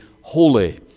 holy